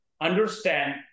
understand